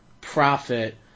profit